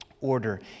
order